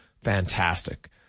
fantastic